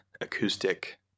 acoustic